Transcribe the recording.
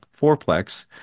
fourplex